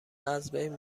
ازبین